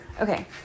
okay